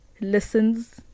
listens